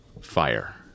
fire